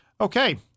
Okay